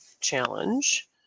challenge